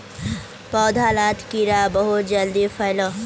पौधा लात कीड़ा बहुत जल्दी फैलोह